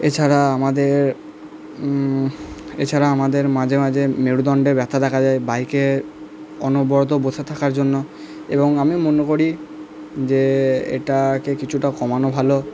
এছাড়া আমাদের এছাড়া আমাদের মাঝে মাঝে মেরুদণ্ডে ব্যাথা দেখা যায় বাইকে অনবরত বসে থাকার জন্য এবং আমি মনে করি যে এটাকে কিছুটা কমানো ভালো